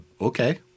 Okay